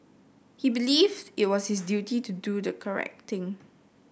he believed it was his duty to do the correct thing